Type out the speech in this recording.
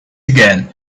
again